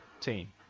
team